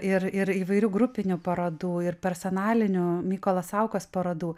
ir ir įvairių grupinių parodų ir personalinių mykolo saukos parodų